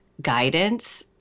guidance